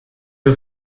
eut